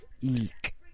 eek